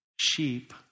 sheep